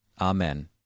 Amen